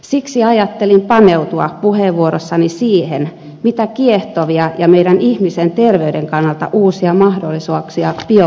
siksi ajattelin paneutua puheenvuorossani siihen mitä kiehtovia ja meidän ihmisten terveyden kannalta uusia mahdollisuuksia biopankit tuovat